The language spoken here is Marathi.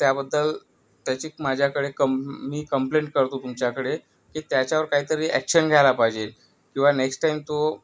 त्याबद्दल त्याची माझ्याकडे कं मी कंप्लेंट करतो तुमच्याकडे की त्याच्यावर काहीतरी ॲक्शन घ्यायला पाहिजे किंवा नेक्स्ट टाईम तो